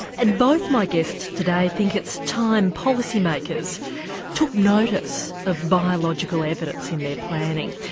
and both my guests today think it's time policy makers took notice of biological evidence in their planning.